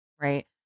right